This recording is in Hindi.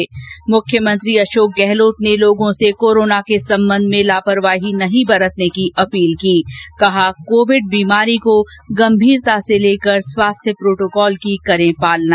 ं मुख्यमंत्री अशोक गहलोत ने लोगों से कोरोना के संबंध में लापरवाही नहीं बरतने की अपील की कहा कोविड बीमारी को गंभीरता से लेकर स्वास्थ्य प्रोटोकॉल की करें पालना